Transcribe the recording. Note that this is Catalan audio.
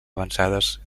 avançades